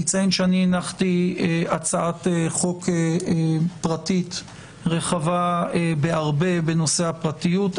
אציין שהנחתי הצעת חוק פרטית רחבה בהרבה בנושא הפרטיות.